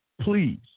Please